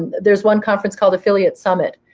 there's one conference called affiliate summit,